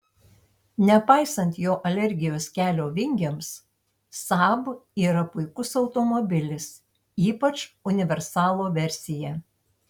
nepaisant jo alergijos kelio vingiams saab yra puikus automobilis ypač universalo versija